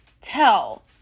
tell